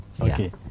okay